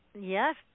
Yes